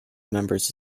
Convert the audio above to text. members